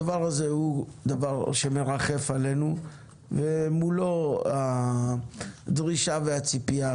הדבר הזה הוא דבר שמרחף עלינו ומולו הדרישה והציפייה